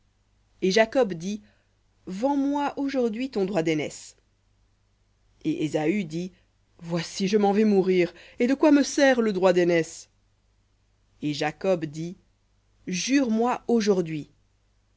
et jacob dit vends moi aujourd'hui ton droit daînesse et ésaü dit voici je m'en vais mourir et de quoi me sert le droit daînesse et jacob dit jure-moi aujourd'hui